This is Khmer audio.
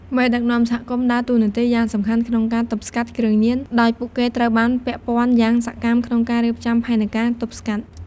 មេដឹកនាំសហគមន៍ដើរតួនាទីយ៉ាងសំខាន់ក្នុងការទប់ស្កាត់គ្រឿងញៀន ដោយពួកគេត្រូវបានពាក់ព័ន្ធយ៉ាងសកម្មក្នុងការរៀបចំផែនការទប់ស្កាត់។